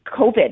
COVID